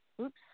oops